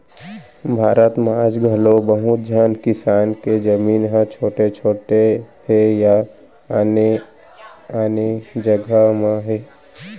भारत म आज घलौ बहुत झन किसान के जमीन ह छोट छोट हे या आने आने जघा म हे